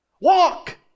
Walk